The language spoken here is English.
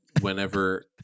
whenever